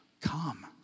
come